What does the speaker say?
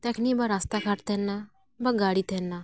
ᱛᱟᱠᱱᱤ ᱵᱟ ᱨᱟᱥᱛᱟ ᱜᱷᱟᱴ ᱛᱟᱦᱮ ᱠᱟᱱᱟ ᱵᱟ ᱜᱟᱹᱲᱤ ᱛᱟᱦᱮᱸ ᱞᱮᱱᱟ